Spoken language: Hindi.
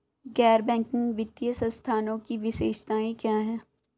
गैर बैंकिंग वित्तीय संस्थानों की विशेषताएं क्या हैं?